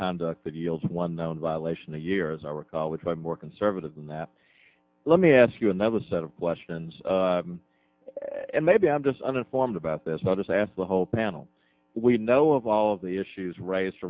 conduct that yields one known violation a year as i recall which i'm more conservative than that let me ask you another set of questions and maybe i'm just uninformed about this not just ask the whole panel we know of all of the issues raised